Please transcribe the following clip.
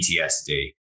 PTSD